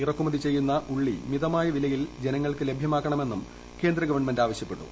ഇറക്കുമതി ചെയ്യുനന ഉള്ളി മിതമായ വിലയിൽ ജനങ്ങൾക്ക് ലഭ്യമാക്കണമെന്നും കേന്ദ്ര ഗവൺമെന്റ് ആവശ്യപ്പെട്ടു